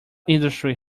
industry